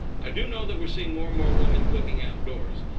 i do know that we're seeing more and more women cooking outdoors.